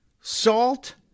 salt